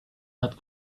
that